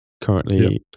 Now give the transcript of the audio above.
currently